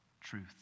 truth